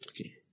Okay